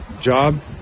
Job